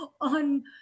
on